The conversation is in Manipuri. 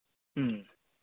ꯎꯝ